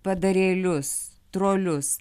padarėlius trolius